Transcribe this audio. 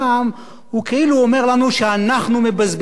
הוא כאילו אומר לנו שאנחנו מבזבזים את